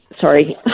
sorry